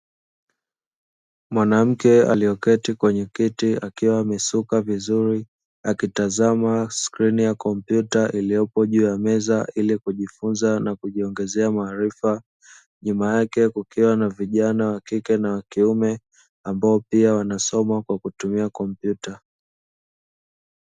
Mwanamke aliyeketi kwenye kiti akiwa amesuka vizuri, akitazama skrini ya kompyuta iliyopo juu ya meza ili kujifunza na kujiongezea maarifa nyuma yake kukiwa na vijana wakike na wakiume ambao nao wanasoma kwa kutumia kompyuta.